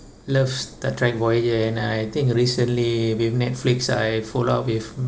love star trek voyager and I think recently with Netflix I follow up with